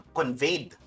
conveyed